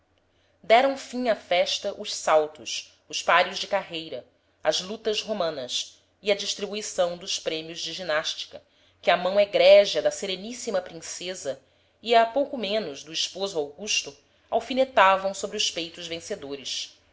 deram fim à festa os saltos os páreos de carreira as lutas romanas e a distribuição dos prêmios de ginástica que a mão egrégia da sereníssima princesa e a pouco menos do esposo augusto alfinetavam sobre os peitos vencedores